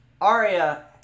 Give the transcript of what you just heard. Aria